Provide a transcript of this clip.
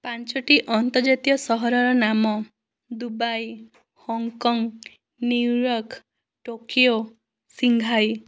ପାଞ୍ଚୋଟି ଆନ୍ତର୍ଜାତୀୟ ସହରର ନାମ Dubai Hong Kong New York Tokyo Shanghai